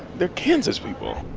they're kansas people